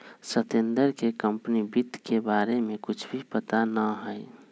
सत्येंद्र के कंपनी वित्त के बारे में कुछ भी पता ना हई